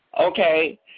okay